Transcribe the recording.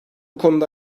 konuda